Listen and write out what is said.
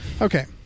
Okay